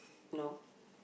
no